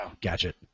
gadget